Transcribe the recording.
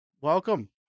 welcome